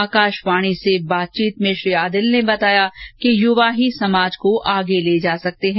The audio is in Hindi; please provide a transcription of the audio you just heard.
आकाशवाणी से बातचीत में श्री आदिल ने बताया कि युवा ही समाज को आगे ले सकते हैं